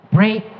Break